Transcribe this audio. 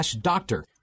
doctor